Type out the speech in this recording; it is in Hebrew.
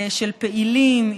של פעילים,